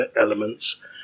elements